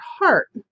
heart